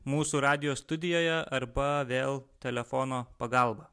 mūsų radijo studijoje arba vėl telefono pagalba